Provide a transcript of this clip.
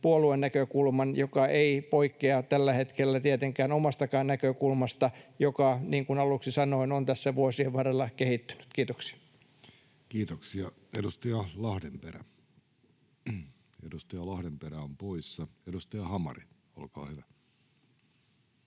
puolueen näkökulman, joka ei poikkea tällä hetkellä tietenkään omastakaan näkökulmastani, joka, niin kuin aluksi sanoin, on tässä vuosien varrella kehittynyt. — Kiitoksia. [Speech 156] Speaker: Jussi Halla-aho Party: